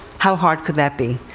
how hard could that be?